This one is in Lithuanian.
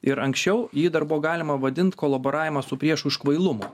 ir anksčiau jį dar buvo galima vadint kolaboravimą su priešu iš kvailumo